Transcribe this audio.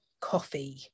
coffee